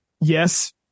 Yes